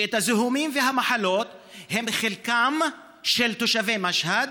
שהזיהומים והמחלות הם חלקם של תושבי משהד,